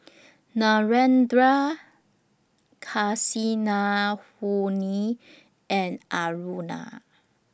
Narendra Kasinadhuni and Aruna